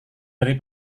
dari